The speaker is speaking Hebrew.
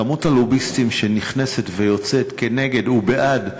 כמות הלוביסטים שנכנסת ויוצאת נגד ובעד "שראל"